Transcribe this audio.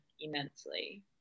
immensely